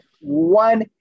one